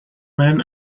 man